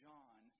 John